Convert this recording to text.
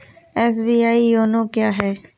SBI YONO क्या है?